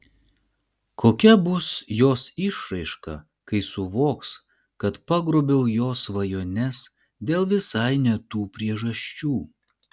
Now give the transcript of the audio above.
kokia bus jos išraiška kai suvoks kad pagrobiau jos svajones dėl visai ne tų priežasčių